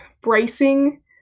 bracing